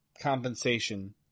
compensation